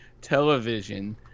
television